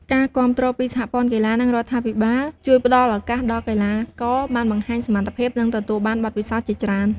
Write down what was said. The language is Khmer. ការគាំទ្រពីសហព័ន្ធកីឡា និងរដ្ឋាភិបាល ជួយផ្តល់ឱកាសដល់កីឡាករបានបង្ហាញសមត្ថភាព និងទទួលបានបទពិសោធន៍ជាច្រើន។